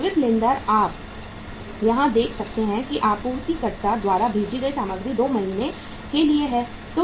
विविध लेनदार आप यहां देख सकते हैं कि आपूर्तिकर्ता द्वारा भेजी गई सामग्री 2 महीने के लिए है